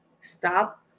Stop